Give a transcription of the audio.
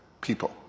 People